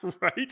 Right